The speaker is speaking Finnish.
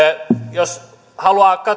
jos haluaa